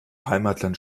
heimatland